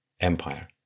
empire